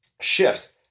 shift